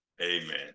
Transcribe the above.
Amen